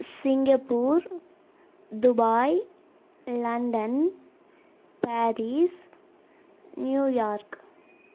Singapore Dubai London Paris New York